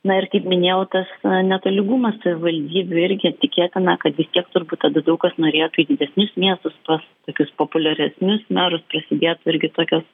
na ir kaip minėjau tas na netolygumas savivaldybių irgi tikėtina kad vis tiek turbūt tada daug kas norėtų į didesnius miestus pas tokius populiaresnius merus prasidėtų irgi tokios